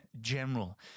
general